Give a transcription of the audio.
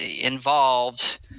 involved